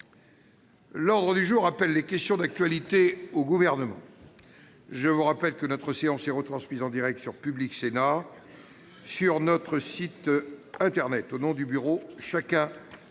L'ordre du jour appelle les réponses à des questions d'actualité au Gouvernement. Je vous rappelle que la séance est retransmise en direct sur Public Sénat et sur notre site internet. Au nom du Bureau du